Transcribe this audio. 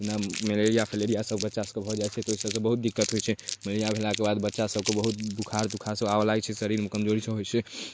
जेना मलेरिआ फलेरिआसब बच्चासभके भऽ जाइ छै तऽ ओहि सबसँ बहुत दिक्कत होइ छै मलेरिआ भेलाके बाद बच्चासभके बहुत बोखार तोखारसब आबऽ लागै छै शरीरमे कमजोरी सेहो होइ छै